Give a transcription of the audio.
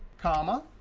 comma,